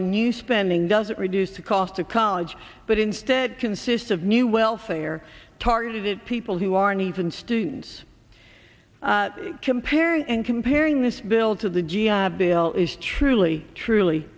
in new spending doesn't reduce the cost of college but instead consists of new welfare targeted people who aren't even students compare and comparing this bill to the g i bill is truly truly